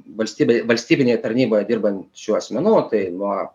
valstybėj valstybinėje tarnyboje dirbančių asmenų tai nuo